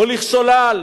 מוליך שולל.